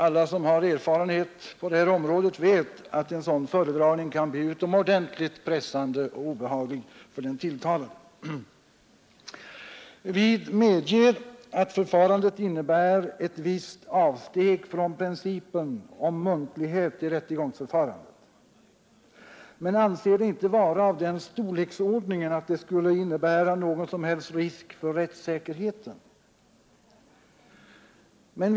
Alla som har erfarenhet på det här området vet att en sådan föredragning kan bli utomordentligt pressande och obehaglig för den tilltalade. Vi medger att förfarandet innebär ett visst avsteg från principen om muntlighet i rättegångsförfarandet men anser det inte vara av den storleksordningen att det skulle innebära någon som helst risk för rättssäkerheten.